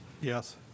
Yes